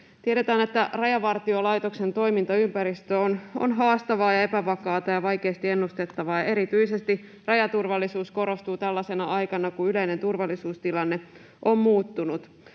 Tiedetään, että Rajavartiolaitoksen toimintaympäristö on haastavaa ja epävakaata ja vaikeasti ennustettavaa. Erityisesti rajaturvallisuus korostuu tällaisena aikana, kun yleinen turvallisuustilanne on muuttunut.